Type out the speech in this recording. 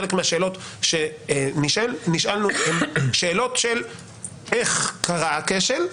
חלק מהשאלות שנשאלנו, איך קרה הכשל?